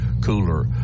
cooler